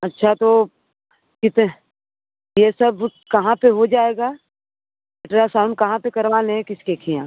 अच्छा तो किसे ये सब कहाँ पर हो जाएगा अल्ट्रासाऊंड कहाँ पर करवालें किसके यहाँ